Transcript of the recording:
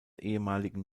ehemaligen